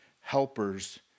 helpers